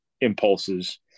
impulses